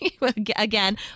Again